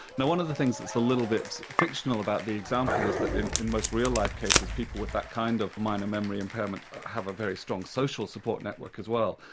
now one of the things that's a little bit fictional about the example is that in in most real life cases, people with that kind of minor memory impairment, have a very strong social support network as well.